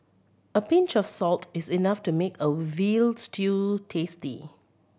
a pinch of salt is enough to make a veal stew tasty